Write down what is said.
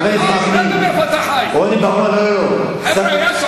היו 3